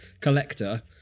collector